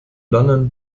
london